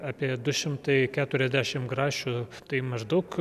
apie du šimtai keturiasdešim grašių tai maždaug